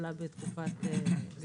שהתקבלה בתקופתנו.